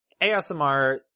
asmr